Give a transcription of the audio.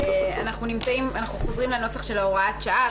ולפי השינויים --- אנחנו חוזרים לנוסח של הוראת שעה,